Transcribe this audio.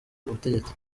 ubutegetsi